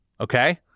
Okay